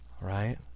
right